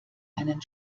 einen